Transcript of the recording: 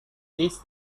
these